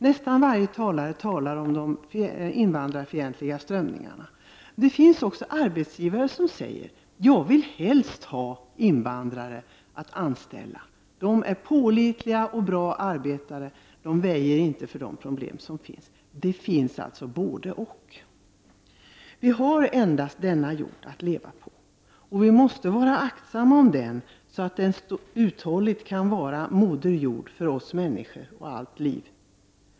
Nästan alla talar om invandrarfientliga strömningar. Men det finns också arbetsgivare som säger: Jag vill helst ha invandrare som anställda, de är pålitliga och bra arbetare, och de väjer inte för de problem som finns. Det finns alltså både — och. Vi har endast denna jord att leva på, och vi måste vara aktsamma om den, så att den uthålligt kan vara Moder Jord för oss människor och allt annat liv.